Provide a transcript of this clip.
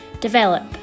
develop